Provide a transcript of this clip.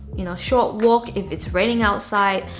you know, short walk if it's raining outside.